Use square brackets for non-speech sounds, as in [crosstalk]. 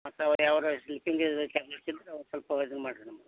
ಮತ್ತು ಅವ್ರು ಯಾರೋ ಸ್ಲೀಪಿಂಗಿ ಇದು ಟ್ಯಾಬ್ಲೆಟ್ [unintelligible] ಸ್ವಲ್ಪ ಅವಾಯ್ಡ್ ಮಾಡ್ದ್ರ್ ನಮ್ಗೆ